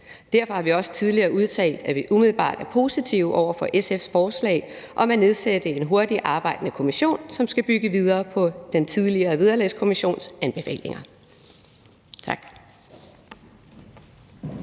Derfor har vi også udtalt, at vi umiddelbart er positive over for SF's forslag om at nedsætte en hurtigtarbejdende kommission, som skal bygge videre på den tidligere Vederlagskommissions anbefalinger. Tak.